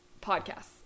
podcasts